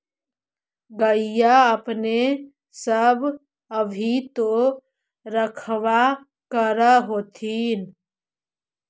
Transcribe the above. गईया अपने सब भी तो रखबा कर होत्थिन?